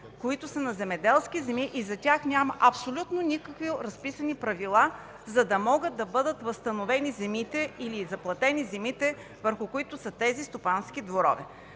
които са на земеделски земи, и за тях няма абсолютно никакви разписани правила, за да могат да бъдат възстановени или заплатени земите, върху които са тези стопански дворове.